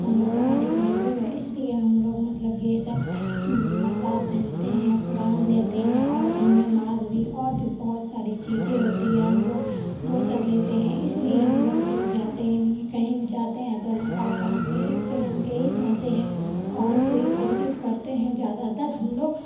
ہم لوگ کا مذہب اردو ہے اس لیے ہم لوگ مطلب یہ سب نقاب پہنتے ہیں قرآن لیتے ہیں اور جائے نماز بھی اور بھی بہت ساری چیزیں ہوتی ہیں ہم لوگ وہ سب لیتے ہیں اس لیے ہم لوگ دور جاتے ہیں نہیں کہیں بھی جاتے ہیں تو نقاب پہن کے ہی پہن کے ہی جاتے ہیں اور پھر کوشش کرتے ہیں زیادہ تر ہم لوگ